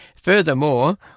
Furthermore